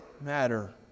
matter